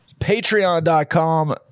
Patreon.com